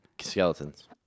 Skeletons